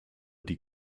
die